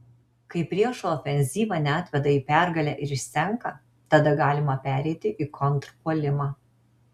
kai priešo ofenzyva neatveda į pergalę ir išsenka tada galima pereiti į kontrpuolimą